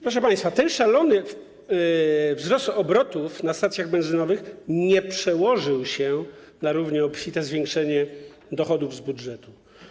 Proszę państwa, ten szalony wzrost obrotów na stacjach benzynowych nie przełożył się na równie obfite zwiększenie dochodów budżetu.